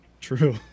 True